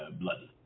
bloody